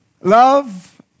Love